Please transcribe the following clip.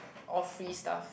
all free stuff